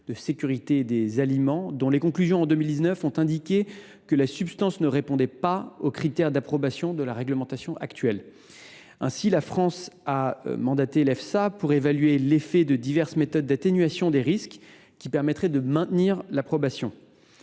de sécurité des aliments (AESA), qui a conclu, en 2019, que la substance ne répondait pas aux critères d’approbation de la réglementation actuelle. La France a alors mandaté l’AESA pour évaluer l’effet de diverses méthodes d’atténuation des risques, qui permettraient de maintenir l’approbation.